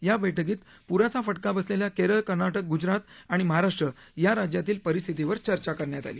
या बैठकीत पूराचा फटका बसलेल्या केरळ कर्नाटक गुजरात आणि महाराष्ट्र या राज्यातील परिस्थितीवर चर्चा करण्यात आली